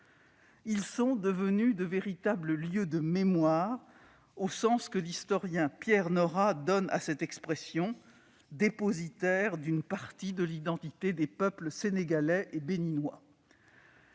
Ils sont devenus de véritables « lieux de mémoire », au sens que l'historien Pierre Nora donne à cette expression, dépositaires d'une partie de l'identité des peuples sénégalais et béninois.